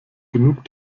genug